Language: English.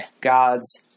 God's